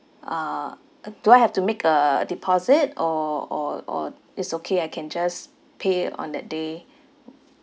uh uh do I have to make a deposit or or or it's okay I can just pay on that day